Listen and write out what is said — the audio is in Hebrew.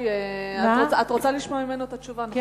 את רוצה לשמוע ממנו את התשובה, נכון?